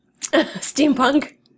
Steampunk